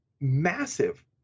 massive